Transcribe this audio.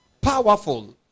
powerful